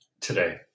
today